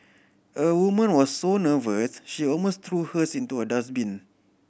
a woman was so nervous she almost threw hers into a dustbin